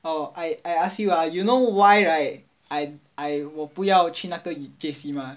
oh I I ask you ah you know why right I I 我不要去那个 J_C 吗